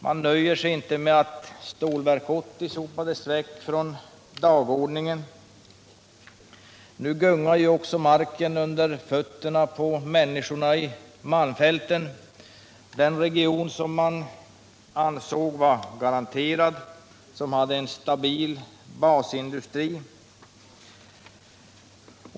Man nöjer sig inte med att Stålverk 80 sopades väck från dagordningen. Nu gungar också marken under fötterna på människorna i malmfälten, den region som man ansåg vara garanterad sysselsättning, som hade en stabil basindustri.